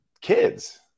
kids